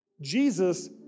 Jesus